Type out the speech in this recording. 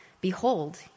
behold